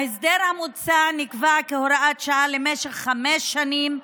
ההסדר המוצע נקבע כהוראת שעה למשך חמש שנים.